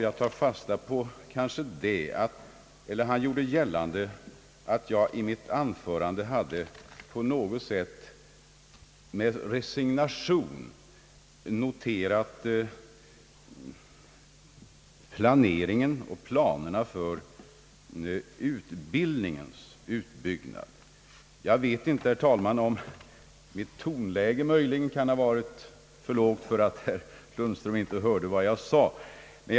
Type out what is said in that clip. Jag observerade att herr Lundström gjorde gällande att jag i mitt anförande på något sätt med resignation hade talat om planeringen av utbildningens utbyggnad. Jag vet inte om mitt tonläge möjligen kan ha varit för lågt, så att herr Lundström inte hörde vad jag sade.